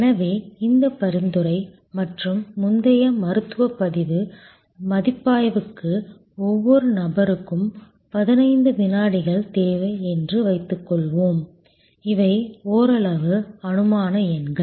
எனவே இந்த பரிந்துரை மற்றும் முந்தைய மருத்துவ பதிவு மதிப்பாய்வுக்கு ஒவ்வொரு நபருக்கும் 15 வினாடிகள் தேவை என்று வைத்துக்கொள்வோம் இவை ஓரளவு அனுமான எண்கள்